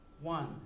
One